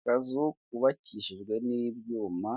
Akazu kubakishijwe n'ibyuma